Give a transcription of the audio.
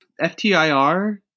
FTIR